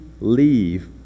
leave